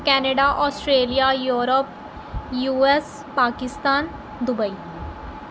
Canada Australia Europe U S Pakistan Dubai